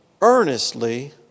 earnestly